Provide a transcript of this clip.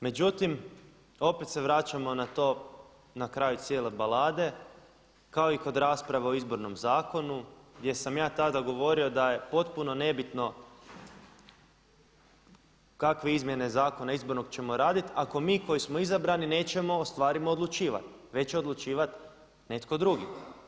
Međutim, opet se vraćamo na to na kraj cijele balade kao i kod rasprave o Izbornom zakonu gdje sam ja tada govorio da je potpuno nebitno kakve izmjene zakona izbornog ćemo raditi ako mi koji smo izabrani nećemo o stvarima odlučivati već će odlučivat netko drugi.